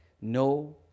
No